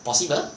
possible